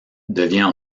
devient